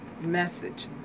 message